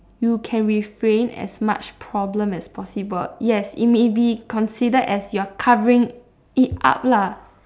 you can refrain as much problem as possible yes it may be considered as you're covering it up lah